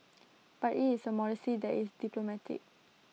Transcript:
but IT is A modesty that is diplomatic